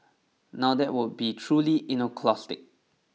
now that would be truly iconoclastic